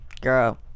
Girl